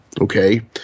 Okay